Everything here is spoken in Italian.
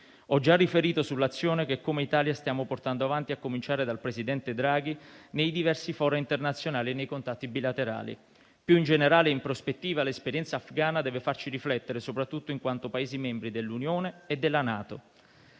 Ho già riferito sull'azione che come Italia stiamo portando avanti, a cominciare dal presidente Draghi, nei diversi *fora* internazionali e nei contatti bilaterali. Più in generale, in prospettiva, l'esperienza afghana deve farci riflettere soprattutto in quanto Paesi membri dell'Unione e della NATO.